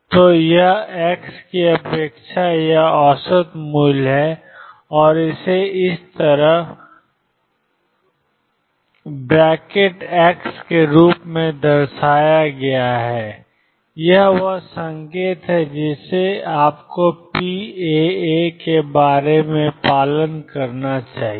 तो यह एक्स की अपेक्षा या औसत मूल्य है और इसे इस तरह ⟨x⟩ के रूप में दर्शाया गया है यह वह संकेत है जिसे आपको pαα के बारे में पालन करना चाहिए